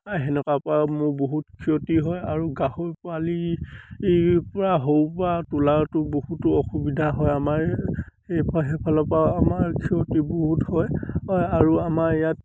সেনেকুৱাপৰাও মোৰ বহুত ক্ষতি হয় আৰু গাহৰি পোৱালিৰপৰা সৰুৰপৰা তোলাটো বহুতো অসুবিধা হয় আমাৰ সেই সেইফালৰপৰা আমাৰ ক্ষতি বহুত হয় আৰু আমাৰ ইয়াত